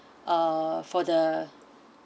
uh for the